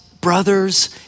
brothers